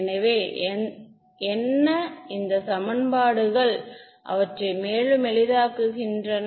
எனவே என்ன இந்த சமன்பாடுகள் அவற்றை மேலும் எளிதாக்குகின்றன